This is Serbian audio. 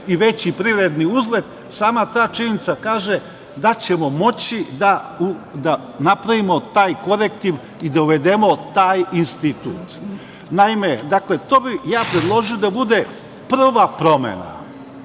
i veći privredni uzlet. Sama ta činjenica kaže da ćemo moći da napravimo taj korektiv i da uvedemo taj institut. To bih ja predložio da bude prva promena